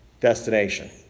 destination